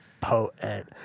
potent